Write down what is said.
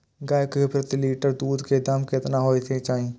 गाय के प्रति लीटर दूध के दाम केतना होय के चाही?